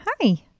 Hi